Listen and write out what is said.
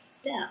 step